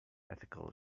ethical